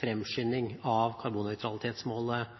fremskynding av karbonnøytralitetsmålet